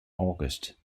august